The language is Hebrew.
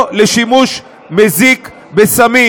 או לשימוש מזיק בסמים.